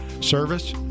Service